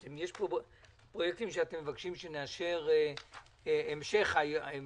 אם יש פה פרויקטים שאתם מבקשים שנאשר את המשך האישור,